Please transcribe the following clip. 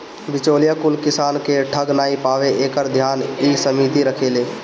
बिचौलिया कुल किसान के ठग नाइ पावे एकर ध्यान इ समिति रखेले